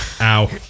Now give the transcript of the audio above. Ow